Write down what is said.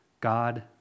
God